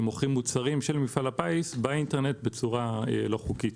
שמוכרים מוצרים של מפעל הפיס באינטרנט בצורה לא חוקית.